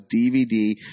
DVD